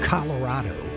Colorado